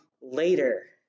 later